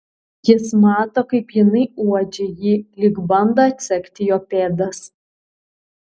jis mato kaip jinai uodžia jį lyg bando atsekti jo pėdas